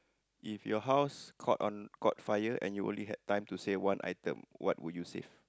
if you house caught on caught fire and you only had time to save one item what would you save